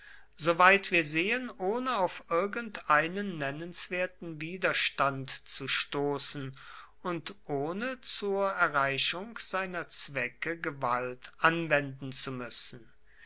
soweit wir sehen ohne auf irgendeinen nennenswerten widerstand zu stoßen und ohne zur erreichung seiner zwecke gewalt anwenden zu müssen